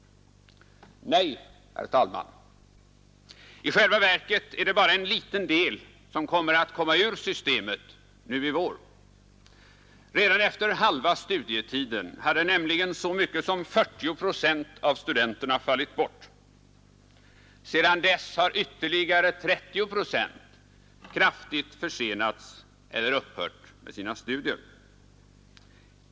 Nej, herr talman! I själva verket är det bara en liten del som kommer ur systemet nu i vår. Redan efter halva studietiden hade nämligen så mycket som 40 procent av studenterna fallit bort. Sedan dess har ytterligare 30 procent kraftigt försenats eller upphört med sina studier.